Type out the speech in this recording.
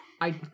I-